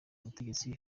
ubutegetsi